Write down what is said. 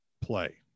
play